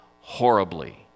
horribly